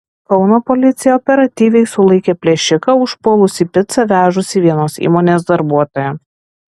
kauno policija operatyviai sulaikė plėšiką užpuolusį picą vežusį vienos įmonės darbuotoją